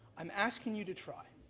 i'm asking you to try.